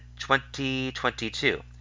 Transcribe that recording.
2022